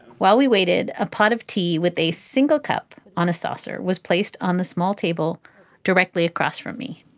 while we waited, a pot of tea with a single cup on a saucer was placed on the small table directly across from me.